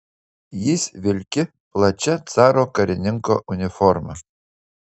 jis vilki plačia caro karininko uniforma